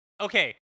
Okay